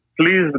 Please